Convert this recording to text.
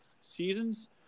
seasons